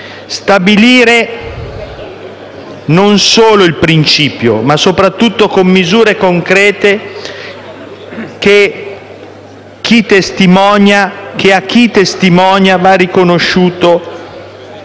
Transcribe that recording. stabilire non solo il principio ma soprattutto prevedere misure concrete. A chi testimonia va riconosciuto il